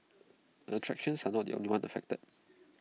attractions are not the only ones affected